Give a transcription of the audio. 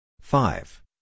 Five